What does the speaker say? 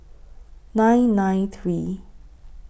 nine nine three